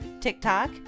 TikTok